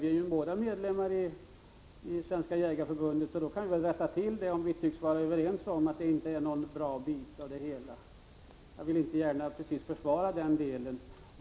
Vi är ju båda medlemmar i Svenska 83 Prot. 1985/86:140 jägareförbundet, och då kan vi väl rätta till detta om vi är överens om att det inte är så bra. Jag vill inte gärna försvara den delen.